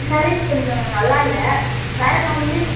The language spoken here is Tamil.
இந்த ஆரஞ்சு கொஞ்சம் நல்லா இல்லை வேறு காமிங்க